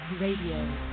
Radio